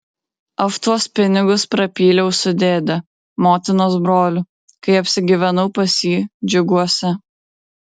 aš tuos pinigus prapyliau su dėde motinos broliu kai apsigyvenau pas jį džiuguose